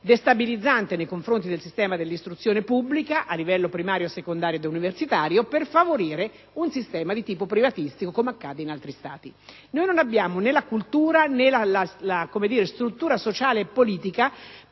destabilizzante nei confronti del sistema dell'istruzione pubblica a livello primario, secondario ed universitario per favorire un sistema di tipo privatistico, come accade in altri Paesi. Noi non abbiamo la cultura, né la struttura sociale e politica